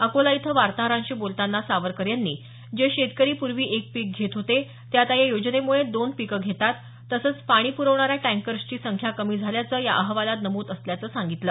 अकोला इथं वार्ताहरांशी बोलताना सावरकर यांनी जे शेतकरी पूर्वी एक पीक घेत होते ते आता या योजनेमुळे दोन पीकं घेतात तसंच पाणी पुरवणाऱ्या टँकर्सची संख्या कमी झाल्याचं या अहवालात नमूद असल्याचं सांगितलं